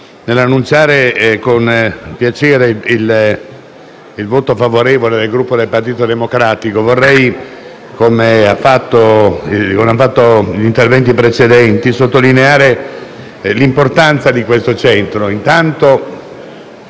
Nell'annunciare con piacere il voto favorevole del Gruppo del Partito Democratico vorrei, come ha fatto chi mi ha preceduto, sottolineare l'importanza di questo Centro.